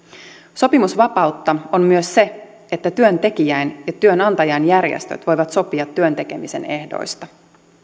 sopimusvapautta on myös se että työntekijäin ja työnantajain järjestöt voivat sopia työn tekemisen ehdoista